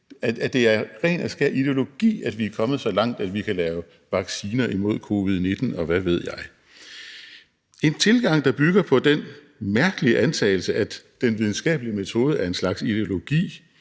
at det er ren og skær ideologi, at vi er kommet så langt, at vi kan lave vacciner imod covid-19, og hvad ved jeg? En tilgang, der bygger på den mærkelige antagelse, at den videnskabelige metode er en slags ideologi